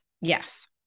Yes